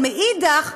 אבל מאידך גיסא,